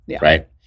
right